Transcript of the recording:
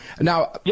Now